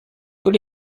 tous